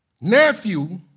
nephew